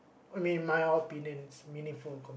I mean my opinion's meaningful com~